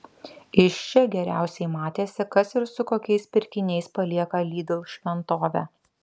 iš čia geriausiai matėsi kas ir su kokiais pirkiniais palieka lidl šventovę